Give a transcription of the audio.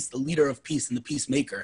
כמו הלל נויאר, מייקל וכל האנשים האלה,